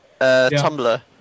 Tumblr